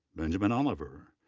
benjamin oliver,